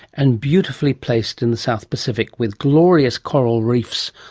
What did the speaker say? and beautifully placed in the south pacific with glorious coral reefs.